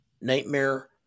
Nightmare